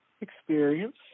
experience